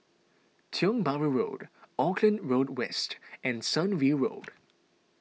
Tiong Bahru Road Auckland Road West and Sunview Road